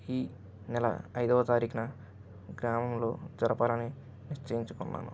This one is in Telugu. ఈ నెల ఐదవ తారీఖున గ్రామంలో జరపాలని నిశ్చయించుకున్నాను